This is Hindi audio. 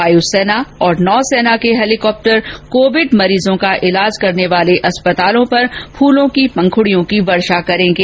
वायुसेना और नौसेना के हेलिकॉप्टर कोविड मरीजों का इलाज करने वाले अस्पतालों पर फूलों की पंखुड़ियों की वर्षा करेंगे